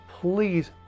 Please